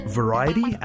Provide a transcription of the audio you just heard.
variety